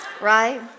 right